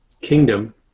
kingdom